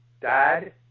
Dad